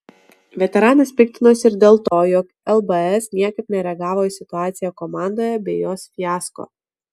veteranas piktinosi ir dėl to jog lbs niekaip nereagavo į situaciją komandoje bei jos fiasko